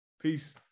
Peace